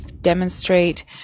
demonstrate